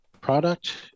product